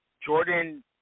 Jordan